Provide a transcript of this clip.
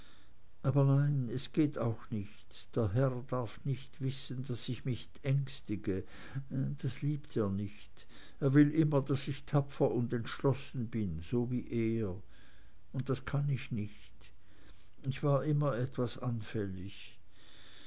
aber nein es geht auch nicht der herr darf nicht wissen daß ich mich ängstige das liebt er nicht er will immer daß ich tapfer und entschlossen bin so wie er und das kann ich nicht ich war immer etwas anfällig